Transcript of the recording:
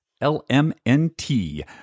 L-M-N-T